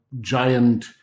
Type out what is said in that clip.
giant